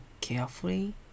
carefully